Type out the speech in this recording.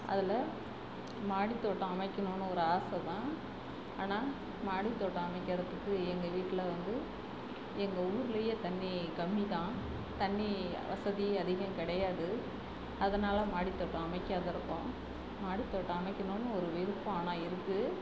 அதில் மாடித் தோட்டம் அமைக்கணும்னு ஒரு ஆசை தான் ஆனால் மாடித் தோட்டம் அமைக்கிறதுக்கு எங்கள் வீட்டில் வந்து எங்கள் ஊர்லேயே தண்ணி கம்மி தான் தண்ணி வசதி அதிகம் கிடையாது அதனால் மாடித் தோட்டம் அமைக்காதிருக்கோம் மாடித் தோட்டம் அமைக்கணும்னு ஒரு விருப்பம் ஆனால் இருக்குது